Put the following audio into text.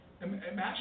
Imagine